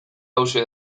hauxe